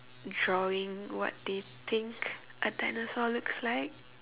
drawing what they think a dinosaur looks like